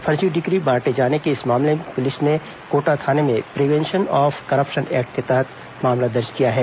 फर्जी डिग्री बांटे जाने के इस मामले में पुलिस ने कोटा थाने में प्रीवेंशन ऑफ करप्शन एक्ट के तहत मामला दर्ज किया है